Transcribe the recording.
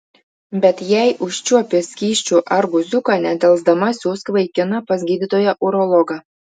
bet jei užčiuopi skysčių ar guziuką nedelsdama siųsk vaikiną pas gydytoją urologą